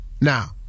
Now